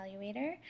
evaluator